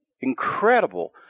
incredible